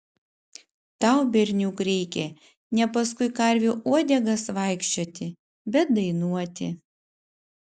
tau berniuk reikia ne paskui karvių uodegas vaikščioti bet dainuoti